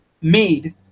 made